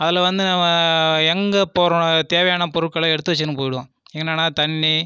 அதில் வந்து எங்கே போகிறோம் தேவையான பொருட்களை எடுத்து வெச்சிக்கின்னு போயிடுவோம் என்னென்னா தண்ணி